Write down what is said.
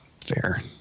fair